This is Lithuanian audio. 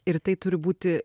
ir tai turi būti